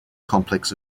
complex